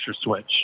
switch